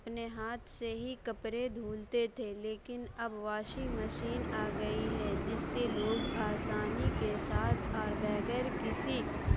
اپنے ہاتھ سے ہی کپڑے دھوتے تھے لیکن اب واشنگ مشین آ گئی ہے جس سے لوگ آسانی کے ساتھ اور بغیر کسی